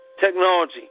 technology